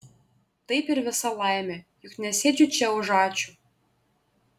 taip ir visa laimė juk nesėdžiu čia už ačiū